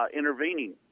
intervening